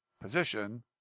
position